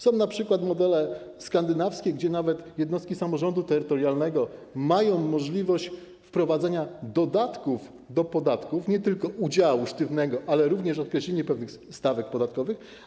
Są np. modele skandynawskie, gdzie nawet jednostki samorządu terytorialnego mają możliwość wprowadzenia dodatków do podatków, a nie tylko udziału sztywnego, ale również możliwość określenia pewnych stawek podatkowych.